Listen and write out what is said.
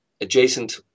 adjacent